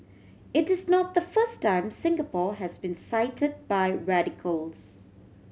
it is not the first time Singapore has been cite by radicals